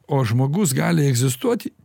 o žmogus gali egzistuoti